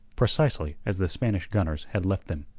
precisely as the spanish gunners had left them.